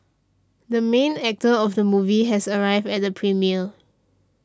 the main actor of the movie has arrived at the premiere